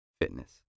fitness